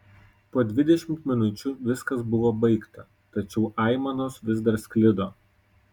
po dvidešimt minučių viskas buvo baigta tačiau aimanos vis dar sklido